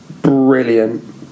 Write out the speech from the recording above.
brilliant